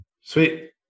Sweet